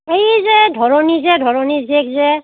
এই যে ধৰণী যে ধৰণীৰ জীয়েক যে